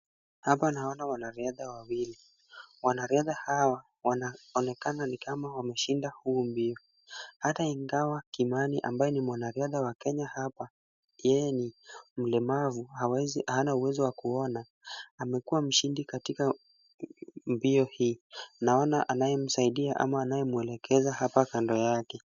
Hapa naona wanariadha wawili. Wanariadha hawa wanaonekana ni kama wameshinda huu mbio. Hata ingawa Kimani ambaye ni mwanariadha wa Kenya hapa, yeye ni mlemavu hana uwezo wa kuona, amekuwa mshindi katika mbio hii. Naona anayemsaidia ama anayemwelekeza hapa kando yake.